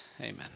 Amen